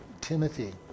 Timothy